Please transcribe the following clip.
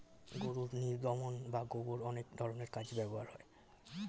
গরুর নির্গমন বা গোবর অনেক ধরনের কাজে ব্যবহৃত হয়